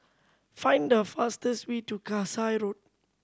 find the fastest way to Kasai Road